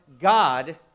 God